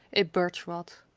a birch rod.